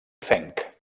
fenc